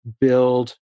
build